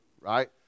Right